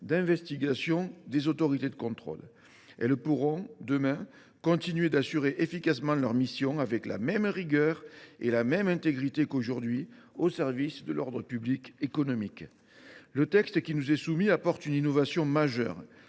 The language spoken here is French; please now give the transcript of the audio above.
d’investigation des autorités de contrôle. Celles ci pourront demain continuer d’exercer efficacement leurs missions avec la même rigueur et la même intégrité qu’aujourd’hui, au service de l’ordre public économique. Le texte qui nous est soumis apporte une innovation majeure